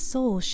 Soul